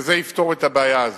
וזה יפתור את הבעיה הזו.